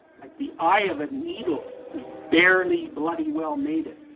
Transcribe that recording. like the eye of a needle, we barely bloody well made it.